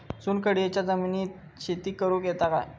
चुनखडीयेच्या जमिनीत शेती करुक येता काय?